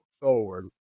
forward